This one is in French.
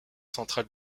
centrale